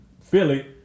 Philly